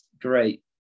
Great